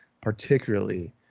particularly